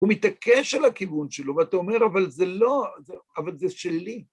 הוא מתעקש על הכיוון שלו, ואתה אומר אבל זה לא, אבל זה שלי.